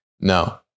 no